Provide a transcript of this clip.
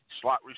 slot